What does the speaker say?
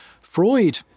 Freud